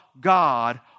God